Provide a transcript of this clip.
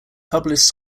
published